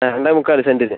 രണ്ടേ മുക്കാൽ സെൻറ്റിന്